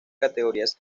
categorías